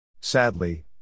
Sadly